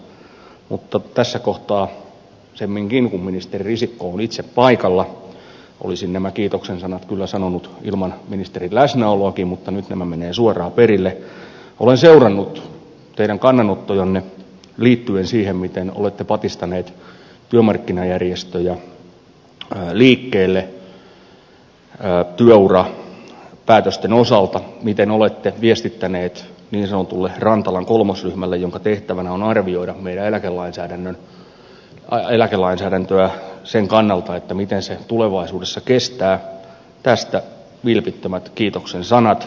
tässä kohtaa sanon semminkin kun ministeri risikko on itse paikalla olisin nämä kiitoksen sanat kyllä sanonut ilman ministerin läsnäoloakin mutta nyt nämä menevät suoraan perille että olen seurannut teidän kannanottojanne liittyen siihen miten olette patistanut työmarkkinajärjestöjä liikkeelle työurapäätösten osalta miten olette viestittänyt niin sanotulle rantalan kolmosryhmälle jonka tehtävänä on arvioida meidän eläkelainsäädäntöämme sen kannalta miten se tulevaisuudessa kestää tästä vilpittömät kiitoksen sanat